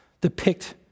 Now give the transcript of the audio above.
depict